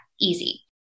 easy